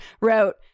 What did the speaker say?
wrote